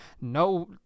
No